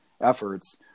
efforts